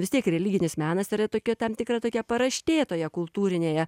vis tiek religinis menas yra tokia tam tikra tokia paraštė toje kultūrinėje